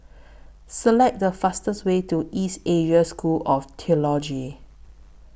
Select The fastest Way to East Asia School of Theology